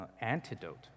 antidote